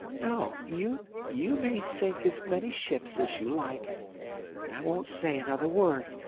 no. you you may sink as many ships as you like, and i won't say another word.